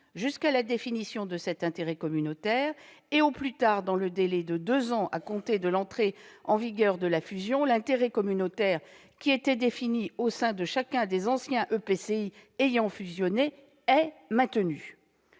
jusqu'à la définition de cet intérêt communautaire, et au plus tard dans le délai de deux ans à compter de l'entrée en vigueur de la fusion, l'intérêt communautaire qui était défini au sein de chacun des anciens établissements